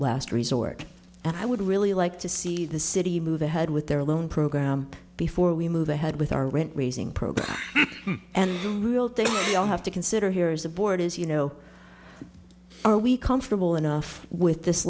last resort and i would really like to see the city move ahead with their loan program before we move ahead with our rent raising program and we all have to consider here is the board as you know are we comfortable enough with this